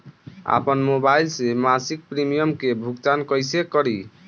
आपन मोबाइल से मसिक प्रिमियम के भुगतान कइसे करि?